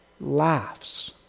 laughs